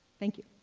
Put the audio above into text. thank you.